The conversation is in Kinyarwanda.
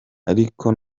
ariko